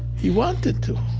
he wanted to